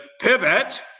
pivot